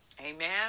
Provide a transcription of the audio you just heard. amen